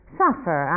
suffer